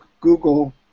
Google